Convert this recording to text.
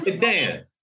Dan